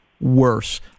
worse